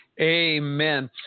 Amen